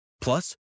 Plus